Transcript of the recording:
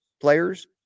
players